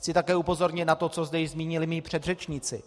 Chci také upozornit na to, co zde již zmínili mí předřečníci.